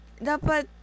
dapat